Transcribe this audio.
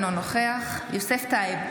אינו נוכח יוסף טייב,